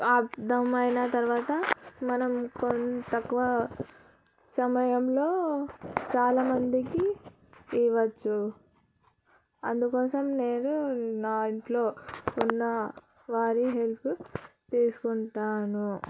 half dum అయిన తర్వాత మనం తక్కువ సమయంలో చాలామందికి ఇవ్వచ్చు అందుకోసం నేను నా ఇంట్లో ఉన్న వారి హెల్ప్ తీసుకుంటాను